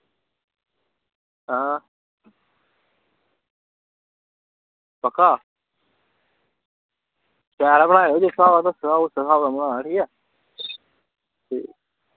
हां पक्का शैल बनाएओ जिस स्हाब दा दस्सेआ उस्सै स्हाब दा बनाना ठीक ऐ ठीक